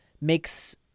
makes